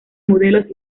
modelos